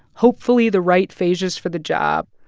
hopefully, the right phages for the job.